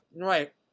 Right